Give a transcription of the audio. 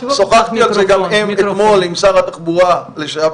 שוחחתי על זה גם אתמול עם שר התחבורה לשעבר,